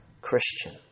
Christian